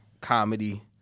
comedy